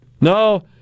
No